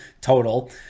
total